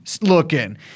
looking